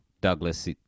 douglas